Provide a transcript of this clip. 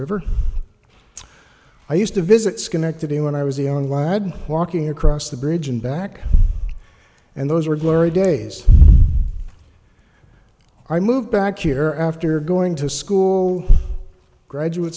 river i used to visit schenectady when i was a young lad walking across the bridge and back and those were glory days i moved back year after going to school graduate